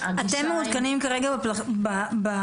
אתם מעודכנים כרגע במספרים?